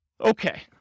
Okay